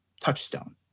touchstone